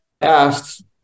asked